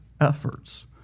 efforts